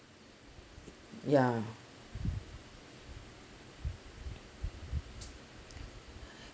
ya